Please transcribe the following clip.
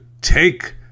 take